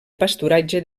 pasturatge